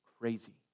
crazy